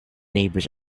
neighbors